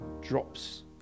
drops